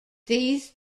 these